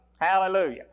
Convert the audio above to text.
Hallelujah